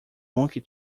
monkey